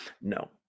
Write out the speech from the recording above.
No